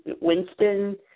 Winston